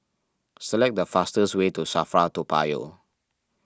select the fastest way to Safra Toa Payoh